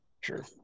sure